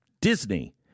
Disney